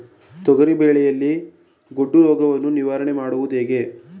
ತೊಗರಿ ಬೆಳೆಯಲ್ಲಿ ಗೊಡ್ಡು ರೋಗವನ್ನು ನಿವಾರಣೆ ಮಾಡುವುದು ಹೇಗೆ?